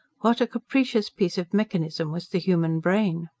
what a capricious piece of mechanism was the human brain!